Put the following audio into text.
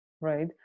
right